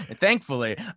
thankfully